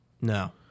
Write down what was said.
no